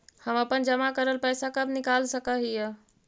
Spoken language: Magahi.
हम अपन जमा करल पैसा कब निकाल सक हिय?